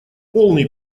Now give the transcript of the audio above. полный